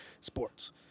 sports